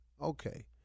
okay